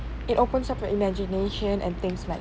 it opens up to imagination and things like